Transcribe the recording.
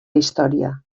història